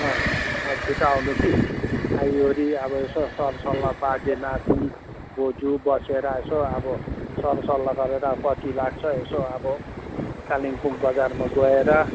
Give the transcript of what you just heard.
छिटो आउनु कि आइवरि अब यसो सरसल्लाह बाजे नाति बोजू बसेर यसो अब सरसल्लाह गरेर कति लाग्छ यसो अब कालिम्पोङ बजारमा गएर